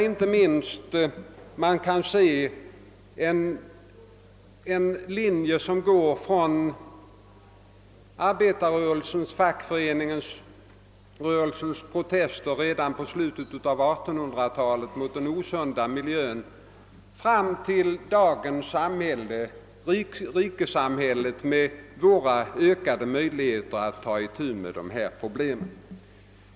Inte minst kan man i detta sammanhang se en linje som går från arbetarrörelsens och fackföreningsrörelsens protester redan under slutet av 1800-talet mot den osunda miljön och fram till dagens samhälle, vårt rikesamhälle med dess ökade möjligheter att ta itu med dessa problem.